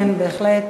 כן, בהחלט.